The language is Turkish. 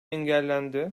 engellendi